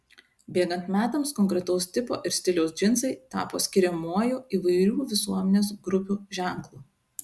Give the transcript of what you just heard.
bėgant metams konkretaus tipo ir stiliaus džinsai tapo skiriamuoju įvairių visuomenės grupių ženklu